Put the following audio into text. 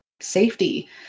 safety